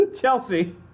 Chelsea